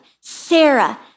Sarah